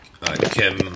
Kim